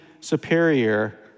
superior